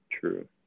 True